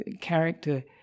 character